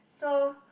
so